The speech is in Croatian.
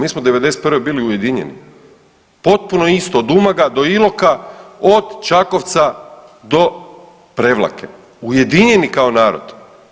Mi smo '91. bili ujedinjeni potpuno isto od Umaga do Iloka, od Čakovca do Prevlake, ujedinjeni kao narod.